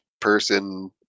person